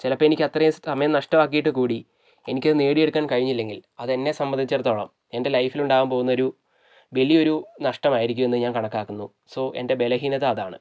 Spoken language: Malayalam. ചിലപ്പോൾ എനിക്ക് അത്രയും സമയം നഷ്ടമാക്കിയിട്ട് കൂടി എനിക്കത് നേടിയെടുക്കാൻ കഴിഞ്ഞില്ലെങ്കിൽ അത് എന്നെ സംബന്ധിച്ചിടത്തോളം എൻ്റെ ലൈഫിൽ ഉണ്ടാകാൻ പോകുന്ന ഒരു വലിയൊരു നഷ്ടമായിരിക്കുമെന്ന് ഞാൻ കണക്കാക്കുന്നു സോ എൻ്റെ ബലഹീനത അതാണ്